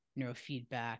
neurofeedback